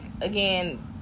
again